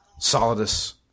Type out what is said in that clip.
Solidus